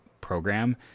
program